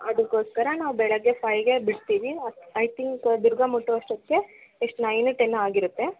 ಅದಕ್ಕೋಸ್ಕರ ನಾವು ಬೆಳಗ್ಗೆ ಫೈವ್ಗೆ ಬಿಡ್ತೀವಿ ಐ ತಿಂಕ್ ದುರ್ಗ ಮುಟ್ಟೋ ಅಷ್ಟೊತ್ತಿಗೆ ಎಷ್ಟು ನೈನ್ ಟೆನ್ನೋ ಆಗಿರುತ್ತೆ